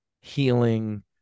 healing